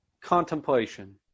contemplation